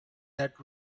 that